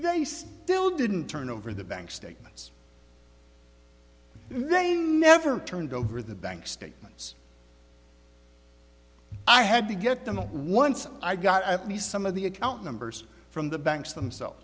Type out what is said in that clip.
still didn't turn over the bank statements they never turned over the bank statements i had to get them once i got at least some of the account numbers from the banks themselves